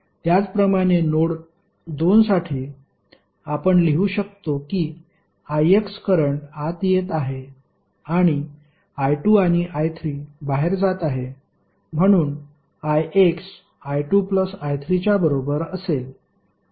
त्याचप्रमाणे नोड 2 साठी आपण लिहू शकतो की ix करंट आत येत आहे आणि I2 आणि I3 बाहेर जात आहे म्हणून ix I2 I3 च्या बरोबर असेल